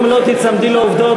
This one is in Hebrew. אם לא תיצמדי לעובדות,